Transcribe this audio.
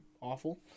awful